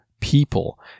people